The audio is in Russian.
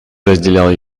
разделял